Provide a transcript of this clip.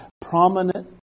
prominent